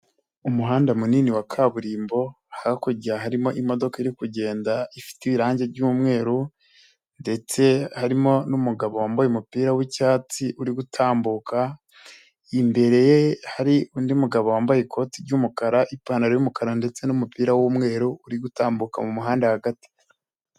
Umuhanda munini wa kaburimbo hakurya harimo imodoka iri kugenda ifite irangi ryumweru ndetse harimo' numugabo wambaye umupira wicyatsi uri gutambuka, imbere ye hari undi mugabo wambaye ikoti ry'umukara ipantaro y'umukara ndetse n'umupira w'umweru uri gutambuka mu muhanda hagati.